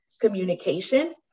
Communication